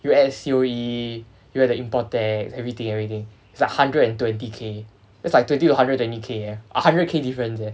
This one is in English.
you add C_O_E you add the import tax everything everything it's like hundred and twenty K thats like twenty to hundred twenty K eh a hundred K difference eh